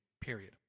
period